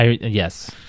Yes